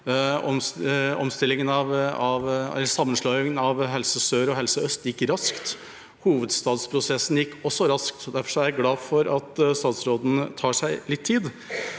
Sammenslåingen av Helse Sør og Helse Øst gikk raskt. Hovedstadsprosessen gikk også raskt. Derfor er jeg glad for at statsråden tar seg litt tid.